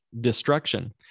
destruction